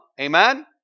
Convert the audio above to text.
Amen